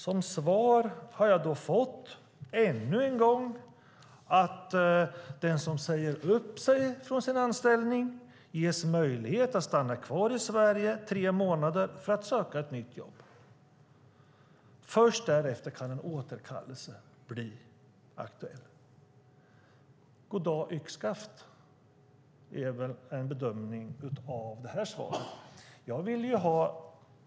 Som svar har jag ännu en gång fått att den som säger upp sig från sin anställning ges möjlighet att stanna kvar i Sverige i tre månader för att söka ett nytt jobb. Först därefter kan en återkallelse bli aktuell. God dag yxskaft!